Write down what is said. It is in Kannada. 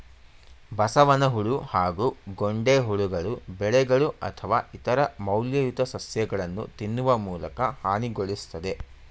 ಬಸವನಹುಳು ಹಾಗೂ ಗೊಂಡೆಹುಳುಗಳು ಬೆಳೆಗಳು ಅಥವಾ ಇತರ ಮೌಲ್ಯಯುತ ಸಸ್ಯಗಳನ್ನು ತಿನ್ನುವ ಮೂಲಕ ಹಾನಿಗೊಳಿಸ್ತದೆ